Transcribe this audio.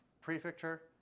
Prefecture